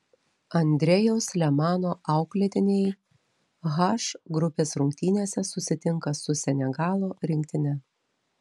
andrejaus lemano auklėtiniai h grupės rungtynėse susitinka su senegalo rinktine